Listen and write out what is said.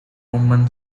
common